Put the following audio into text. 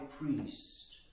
Priest